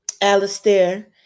Alistair